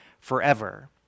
forever